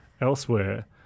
elsewhere